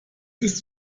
ist